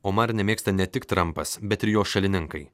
omar nemėgsta ne tik trampas bet ir jo šalininkai